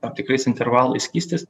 tam tikrais intervalais skystis